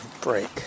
break